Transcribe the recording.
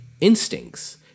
instincts